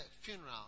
funeral